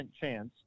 chance